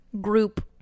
group